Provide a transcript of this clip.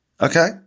okay